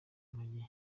maggie